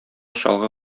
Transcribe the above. чалгы